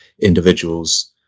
individuals